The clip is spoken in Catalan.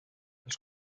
els